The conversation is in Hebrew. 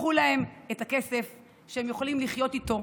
לקחו להם את הכסף שהם יכולים לחיות איתו,